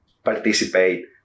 participate